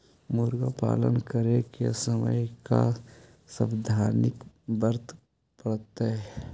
मुर्गी पालन करे के समय का सावधानी वर्तें पड़तई?